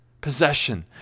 possession